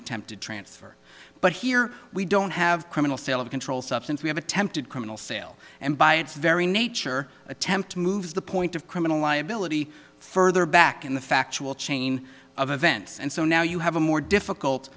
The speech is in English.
attempted transfer but here we don't have criminal sale of controlled substance we have attempted criminal sale and by its very nature attempt to move the point of criminal liability further back in the factual chain of events and so now you have a more difficult